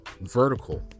vertical